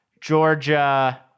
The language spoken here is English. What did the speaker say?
Georgia